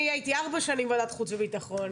אני הייתי ארבע שנים בוועדת חוץ וביטחון.